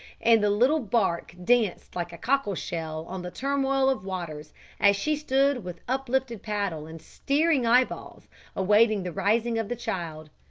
and the little bark danced like a cockle-shell on the turmoil of waters as she stood with uplifted paddle and staring eyeballs awaiting the rising of the child.